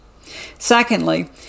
Secondly